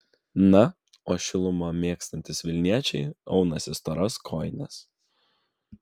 na o šilumą mėgstantys vilniečiai aunasi storas kojines